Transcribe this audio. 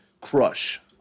crush